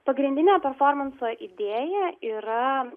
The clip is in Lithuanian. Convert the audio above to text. pagrindinė performanso idėja yra